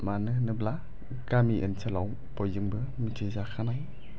मानो होनोब्ला गामि ओनसोलाव बयजोंबो मिथिजाखानाय